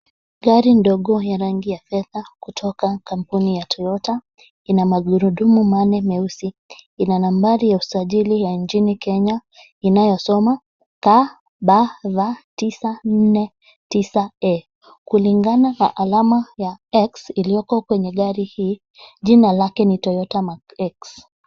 Gari ndogo ya rangi ya fedha kutoka kampuni ya Toyota ina magurudumu manne meusi ina nambari ya usajili ya nchini kenya inayo soma KBV 949 E kulingana na alama ya X iliyoko kwenye gari hii jina lake ni Toyota Mark X.